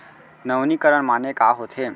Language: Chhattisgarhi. नवीनीकरण माने का होथे?